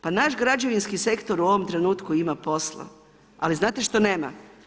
Pa naš građevinski sektor u ovom trenutku ima posla, ali znate što nema?